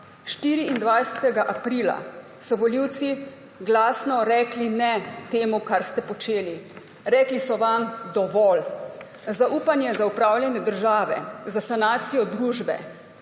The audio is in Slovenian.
24. aprila so volivci glasno rekli ne temu, kar ste počeli. Rekli so vam dovolj. Zaupanje za upravljanje države, za sanacijo družbe